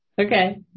Okay